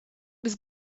was